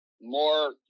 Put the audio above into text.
more